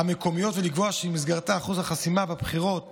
המקומיות ולקבוע שבמסגרתה אחוז החסימה בבחירות